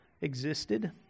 existed